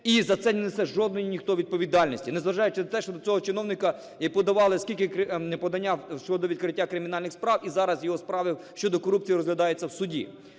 і за це не несе жодної ніхто відповідальності, незважаючи на те, що до цього чиновника подавали скільки подання щодо відкриття кримінальних справ, і зараз його справи щодо корупції розглядаються в суді.